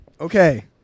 Okay